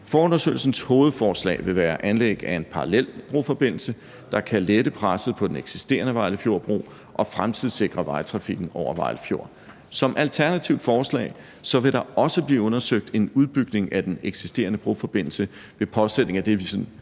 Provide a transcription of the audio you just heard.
Forundersøgelsens hovedforslag vil være anlæg af en parallel broforbindelse, der kan lette presset på den eksisterende Vejlefjordbro og fremtidssikre vejtrafikken over Vejle Fjord. Som alternativt forslag vil der også blive undersøgt en udbygning af den eksisterende broforbindelse ved påsætning af det, vi sådan